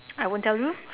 I won't tell you